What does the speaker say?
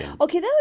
Okay